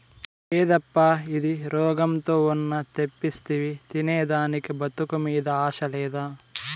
యేదప్పా ఇది, రోగంతో ఉన్న తెప్పిస్తివి తినేదానికి బతుకు మీద ఆశ లేదా